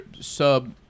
sub